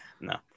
No